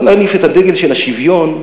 בוא נניף את הדגל של השוויון,